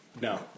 No